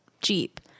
Jeep